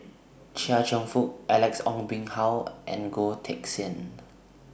Chia Cheong Fook Alex Ong Boon Hau and Goh Teck Sian